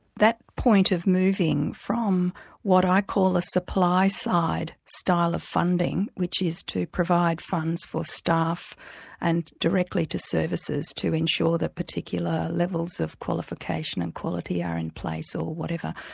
that point of moving from what i call a supply side style of funding which is to provide funds for staff and directly to services to ensure the particular levels of qualification and quality are in place or whatever,